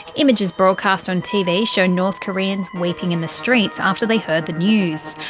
images broadcast on tv show north koreans weeping in the streets after they heard the news.